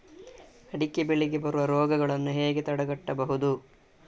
ಅಡಿಕೆ ಬೆಳೆಗೆ ಬರುವ ರೋಗಗಳನ್ನು ಹೇಗೆ ತಡೆಗಟ್ಟಬಹುದು?